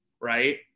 right